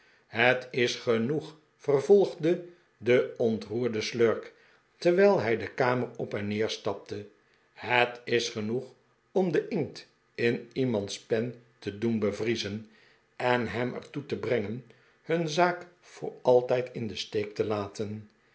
het is genoeg vervolgde de ontroerde slurk terwijl hij de kamer op en neer stapte het is genoeg om den inkt in iemands pen te doen bevriezen en hem er toe te brengen hun zaak voor altijd in den steek te laten